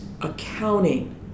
accounting